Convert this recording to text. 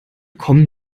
kommen